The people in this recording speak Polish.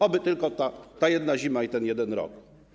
Oby tylko ta jedna zima i ten jeden rok.